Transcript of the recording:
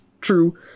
true